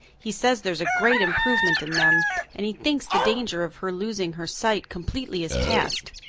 he says there is a great improvement in them and he thinks the danger of her losing her sight completely is past.